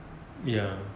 ya